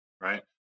right